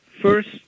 first